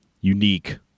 unique